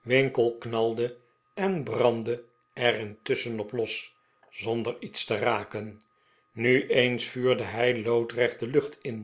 winkle knalde en brandde er intusschen op los zonder iets te raken nu eens vuurde hij loodrecht de lucht in